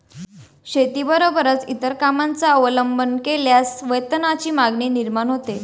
शेतीबरोबरच इतर कामांचा अवलंब केल्यास वेतनाची मागणी निर्माण होते